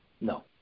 No